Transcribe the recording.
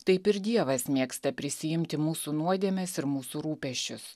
taip ir dievas mėgsta prisiimti mūsų nuodėmes ir mūsų rūpesčius